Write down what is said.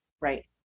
Right